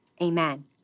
Amen